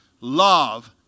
love